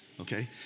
Okay